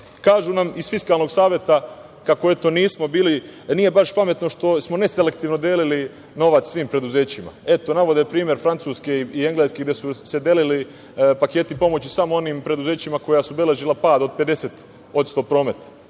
nam iz Fiskalnog saveta kako eto nismo bili, nije baš pametno što smo neselektivno delili novac svim preduzećima. Eto, navode primer Francuske i Engleske gde su se delili paketi pomoći samo onim preduzećima koja su beležila pad od 50% prometa.